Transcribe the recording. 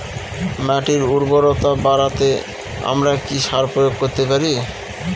মাটির উর্বরতা বাড়াতে আমরা কি সার প্রয়োগ করতে পারি?